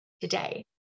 today